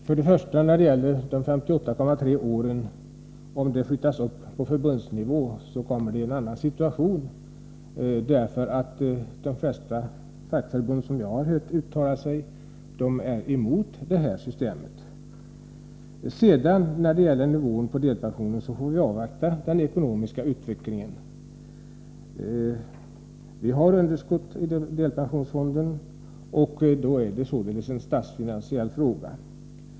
Fru talman! Jag vill först säga, att om beslutet rörande pensionering vid 58,3 års ålder flyttas upp på förbundsnivå, så blir situationen en helt annan, för de flesta fackförbund som jag har hört uttala sig är emot det här systemet. När det gäller delpensionens nivå får vi avvakta den ekonomiska utvecklingen. Det är underskott i delpensionsfonden, och då blir det hela en statsfinansiell fråga.